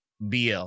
bl